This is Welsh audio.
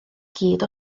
gyd